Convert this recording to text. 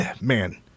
man